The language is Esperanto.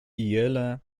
iele